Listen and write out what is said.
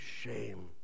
shame